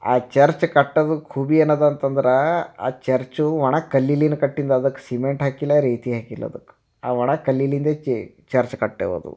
ಆ ಚರ್ಚ್ ಕಟ್ಟೋದು ಖೂಬಿ ಏನಿದೆ ಅಂತಂದ್ರೆ ಆ ಚರ್ಚು ಒಣ ಕಲ್ಲಿಲಿಂದ ಕಟ್ಟಿದ್ದು ಅದಕ್ಕೆ ಸಿಮೆಂಟ್ ಹಾಕಿಲ್ಲ ರೇತಿ ಹಾಕಿಲ್ಲ ಅದಕ್ಕೆ ಆ ಒಣ ಕಲ್ಲಿನಿಂದೇ ಚರ್ಚ್ ಕಟ್ಟೆವ ಅದು